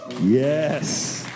Yes